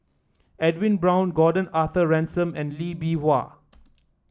Edwin Brown Gordon Arthur Ransome and Lee Bee Wah